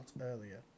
earlier